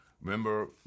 Remember